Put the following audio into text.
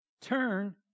turn